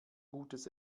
gutes